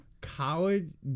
College